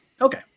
okay